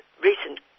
recent